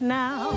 now